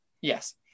Yes